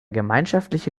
gemeinschaftliche